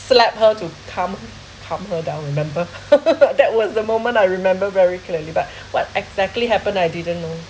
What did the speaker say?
slapped her to calm calm her down remember that was the moment I remember very clearly but what exactly happened I didn't know